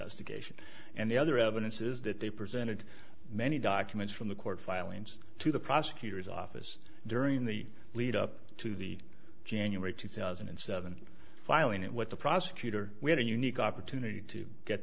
geisha and the other evidence is that they presented many documents from the court filings to the prosecutor's office during the lead up to the january two thousand and seven filing that what the prosecutor we had a unique opportunity to get